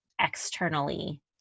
externally